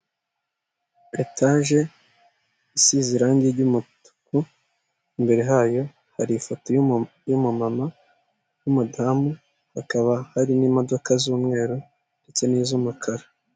Etaje isize irangi ry'umutuku imbere hayo hari ifoto y'umumama w'umudamu hakaba hari n'imodoka z'umweru ndetse n'umukara.